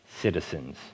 citizens